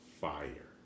fire